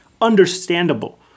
understandable